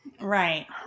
Right